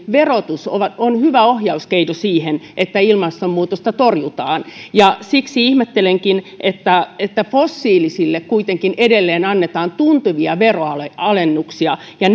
verotus on hyvä ohjauskeino siihen että ilmastonmuutosta torjutaan siksi ihmettelenkin että että fossiilisille kuitenkin edelleen annetaan tuntuvia veronalennuksia ja